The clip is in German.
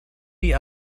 die